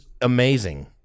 amazing